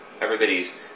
Everybody's